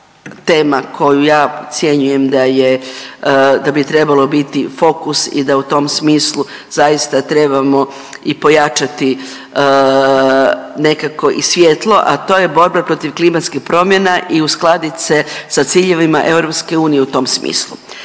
tema koju ja ocjenjujem da je, da bi trebalo biti fokus i da u tom smislu zaista trebamo i pojačati nekako i svjetlo, a to je borba protiv klimatskih promjena i uskladit se sa ciljevima EU u tom smislu.